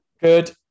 Good